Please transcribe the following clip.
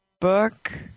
book